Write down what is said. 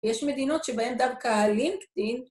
‫יש מדינות שבהן דווקא הלינקדאין...